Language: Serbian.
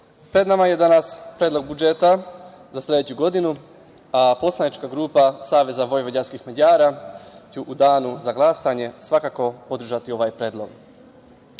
pred nama je danas Predlog budžeta za sledeću godinu, a poslanička grupa Saveza vojvođanskih Mađara će u danu za glasanje, svakako podržati ovaj predlog. Godina